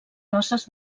noces